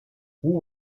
hoe